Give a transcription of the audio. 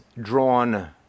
drawn